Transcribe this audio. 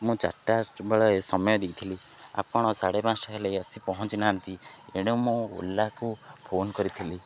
ମୁଁ ଚାରିଟା ବେଳେ ସମୟ ଦେଇଥିଲି ଆପଣ ସାଢ଼େ ପାଞ୍ଚଟା ହେଲାଇ ଆସି ପହଞ୍ଚି ନାହାନ୍ତି ଏଣୁ ମୁଁ ଓଲାକୁ ଫୋନ କରିଥିଲି